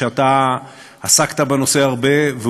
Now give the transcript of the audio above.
שאתה עסקת בנושא הרבה,